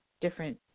different